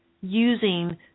using